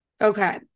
okay